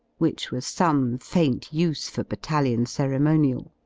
which was some faint use for battalion ceremonial.